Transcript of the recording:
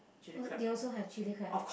uh they also have chili crab